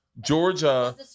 Georgia